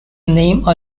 name